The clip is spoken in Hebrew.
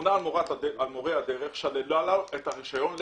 הממונה על מורי הדרך שללה לו את הרישיון לצמיתות.